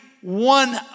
one